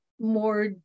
More